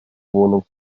wohnung